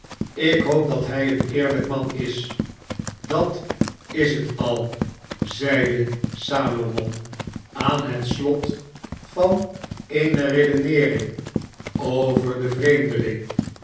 ik hoop dat hij een eerlijk man is dat is het al zeide salomon aan het slot van eene redeneering over den vreemdeling